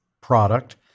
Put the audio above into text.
product